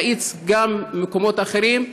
להאיץ גם במקומות אחרים,